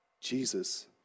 Jesus